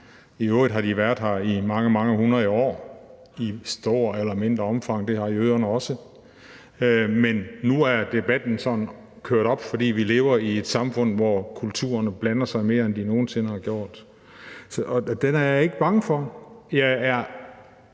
i øvrigt har muslimer været her i mange hundrede år i større eller mindre omfang, og det har jøderne også. Men nu er debatten sådan kørt op, fordi vi lever i et samfund, hvor kulturerne blander sig mere, end de nogen sinde før har gjort. Og det er jeg ikke bange for. Jeg er